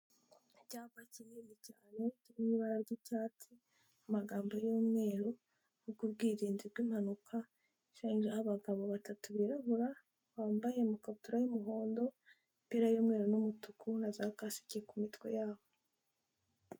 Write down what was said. Icyapa kinini cyane kiri mu ibara ry'icyatsi, amagambo y'umweru, ubwo ubwirinzi bw'impanuka, gishushanyijeho abagabo batatu birabura, bambaye amakabutura y'umuhondo, imipera y'umweru n'umutuku, za kasike ku mitwe yabo.